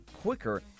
quicker